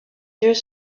yeux